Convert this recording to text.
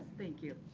thank you.